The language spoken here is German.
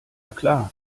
klar